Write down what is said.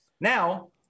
now